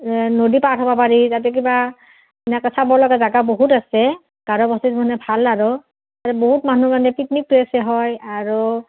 নদী পাৰ হ'ব পাৰি তাতে কিবা এনেকৈ চাব লগা জেগা বহুত আছে গাৰোবস্তিত মানে ভাল আৰু তাতে বহুত মানুহ মানে পিকনিক প্লেচেই হয় আৰু